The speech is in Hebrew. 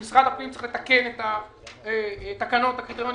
אם משרד הפנים צריך לתקן את התקנות והקריטריונים